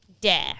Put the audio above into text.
Dare